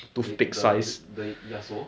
the th~ the yasuo